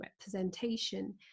representation